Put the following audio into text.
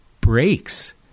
breaks